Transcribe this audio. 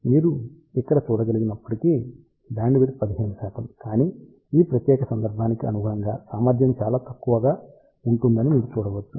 మీరు ఇక్కడ చూడగలిగినప్పటికీ బ్యాండ్విడ్త్ 15 కానీ ఈ ప్రత్యేక సందర్భానికి అనుగుణంగా సామర్థ్యం చాలా తక్కువగా ఉంటుందని మీరు చూడవచ్చు